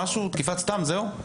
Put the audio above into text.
רק תקיפת סתם וזהו?